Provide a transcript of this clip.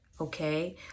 Okay